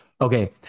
Okay